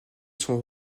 sont